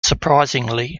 surprisingly